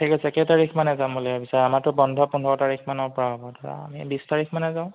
ঠিক আছে কেই তাৰিখমানে যাম বুলি ভাবিছা আমাৰতো বন্ধ পোন্ধৰ তাৰিখমানৰ পৰা হ'ব ধৰা আমি বিছ তাৰিখমানে যাওঁ